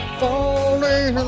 falling